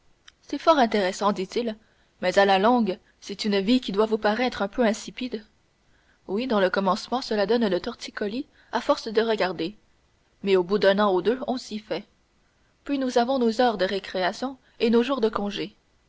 c'est fort intéressant dit-il mais à la longue c'est une vie qui doit vous paraître un peu insipide oui dans le commencement cela donne le torticolis à force de regarder mais au bout d'un an ou deux on s'y fait puis nous avons nos heures de récréation et nos jours de congé